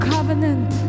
Covenant